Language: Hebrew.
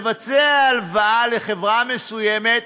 מבצע הלוואה לחברה מסוימת,